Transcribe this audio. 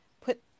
put